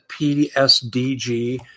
PSDG